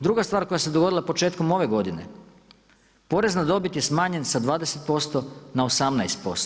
Druga stvar koja se dogodila početkom ove godine, porezna dobit je smanjena sa 20% na 18%